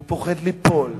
הוא פוחד ליפול.